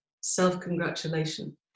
self-congratulation